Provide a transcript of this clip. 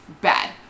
bad